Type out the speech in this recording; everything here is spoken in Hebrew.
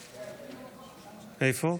איפה?